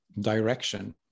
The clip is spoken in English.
direction